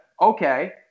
Okay